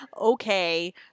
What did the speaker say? Okay